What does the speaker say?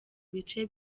bice